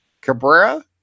Cabrera